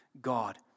God